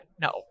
No